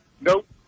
nope